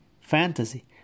fantasy